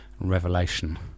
Revelation